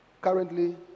Currently